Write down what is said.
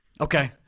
Okay